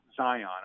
Zion